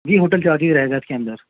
جی hotel charge بھی رہے گا اس کے اندر